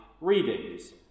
readings